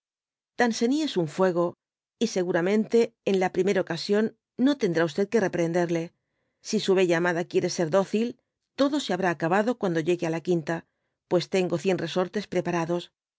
danceny es un fuego y seguramente en la primer ocasión no tendrá que reprenderle si su bella amada quiere ser dócil todo se habrá acabado cuando llegue á la quinta pues tengo cien resortes preparados